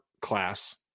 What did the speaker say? class